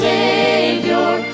Savior